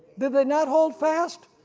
did they not hold fast?